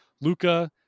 Luca